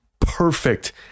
perfect